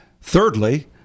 thirdly